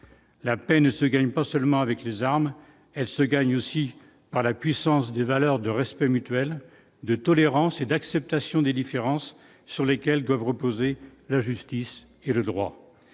la paix ne se gagne pas seulement avec les armes, elle se gagne aussi par la puissance des valeurs de respect mutuel, de tolérance et d'acceptation des différences sur lesquels doivent reposer la justice et le droit,